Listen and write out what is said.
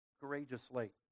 courageously